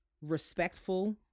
respectful